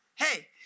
hey